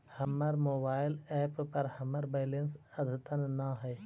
हमर mobile app पर हमर बैलेंस अद्यतन ना हई